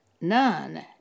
none